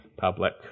public